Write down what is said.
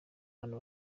bantu